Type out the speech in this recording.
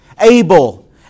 Abel